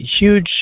huge